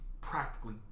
practically